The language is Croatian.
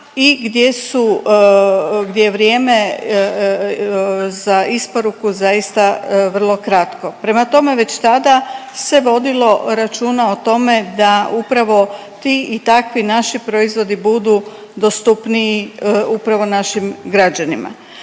gdje je vrijeme za isporuku zaista vrlo kratko. Prema tome, već tada se vodilo računa o tome da upravo ti i takvi naši proizvodi budu dostupniji upravo našim građanima.